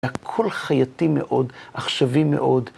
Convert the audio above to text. הכל חייתי מאוד, עכשווי מאוד.